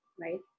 right